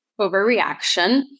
Overreaction